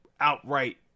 outright